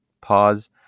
Pause